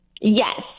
Yes